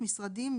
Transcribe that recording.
משרדים,